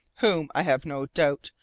whom, i have no doubt,